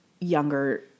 younger